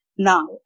Now